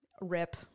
rip